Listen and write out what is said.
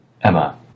Emma